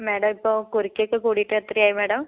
madam ഇപ്പോൾ കുറിയ്ക്കൊക്കെ കൂടിയിട്ട് എത്രയായി മേഡം